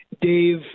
Dave